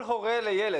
כל הורה לילד,